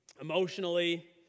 emotionally